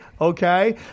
okay